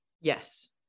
yes